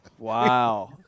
Wow